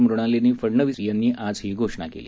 मृणालिनी फडनवीस यांनी आज ही घोषणा केली